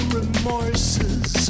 remorses